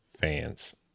fans